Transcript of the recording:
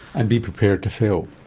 and be prepared to fail.